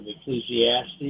Ecclesiastes